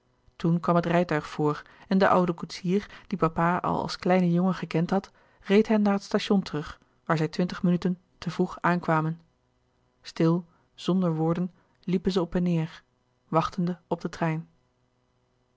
toen kwam het rijtuig voor en de oude koetsier die papa al als kleine jongen gekend had reed hen naar het station terug waar zij twintig minuten te vroeg aankwamen stil zonder woorden liepen zij op en neêr wachtende op den trein